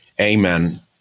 Amen